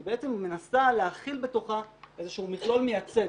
היא בעצם מנסה להכיל בתוכה איזשהו מכלול מייצג.